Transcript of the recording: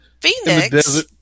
Phoenix